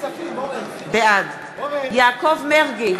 בעד יעקב מרגי,